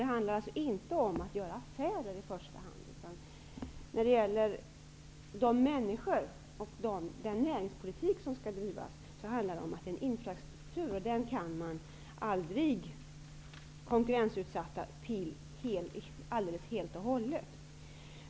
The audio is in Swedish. Det handlar alltså inte om att göra affärer i första hand, utan här gäller det människorna och den näringspolitik som skall bedrivas. Det handlar om en infrastruktur, och den kan man aldrig konkurrensutsätta helt och hållet.